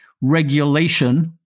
regulation